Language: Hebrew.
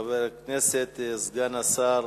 חבר הכנסת סגן השר